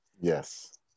Yes